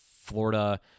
Florida